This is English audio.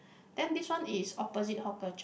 then this one is opposite Hawker Chan